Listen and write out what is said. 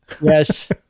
yes